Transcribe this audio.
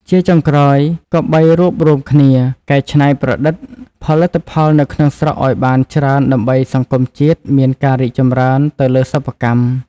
ជាចុងក្រោយគប្បីរួបរួមគ្នាកែច្នៃប្រឌិតផលិតផលនៅក្នុងស្រុកឲ្យបានច្រើនដើម្បីសង្គមជាតិមានការរីកច្រើនទៅលើសប្បិកម្ម។